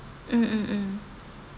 mm mm mm